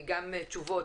תשובות,